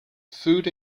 food